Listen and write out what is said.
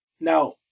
Now